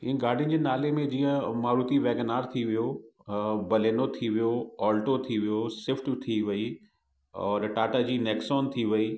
इअं गाॾियुनि जे नाले में जीअं मारुति वैगेनार थी वियो बलेनो थी वियो ऑल्टो थी वियो शिफ़्ट थी वेई और टाटा जी नेक्सॉन थी वेई